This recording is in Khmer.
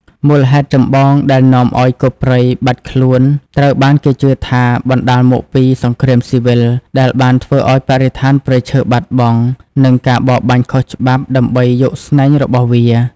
មូលហេតុចម្បងដែលនាំឱ្យគោព្រៃបាត់ខ្លួនត្រូវបានគេជឿថាបណ្តាលមកពី សង្គ្រាមស៊ីវិល ដែលបានធ្វើឱ្យបរិស្ថានព្រៃឈើបាត់បង់ និងការបរបាញ់ខុសច្បាប់ដើម្បីយកស្នែងរបស់វា។